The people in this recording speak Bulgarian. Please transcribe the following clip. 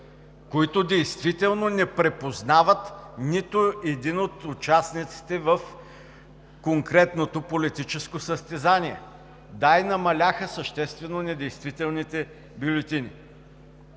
които действително не припознават нито един от участниците в конкретното политическо състезание. Да, и намаляха съществено недействителните бюлетини.